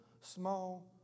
small